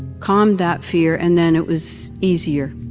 calmed that fear, and then it was easier